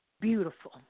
beautiful